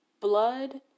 Blood